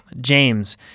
James